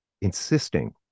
insisting